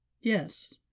Yes